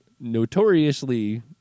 notoriously